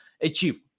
achieve